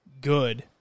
good